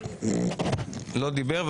שלא דיבר.